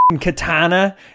katana